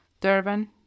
Durban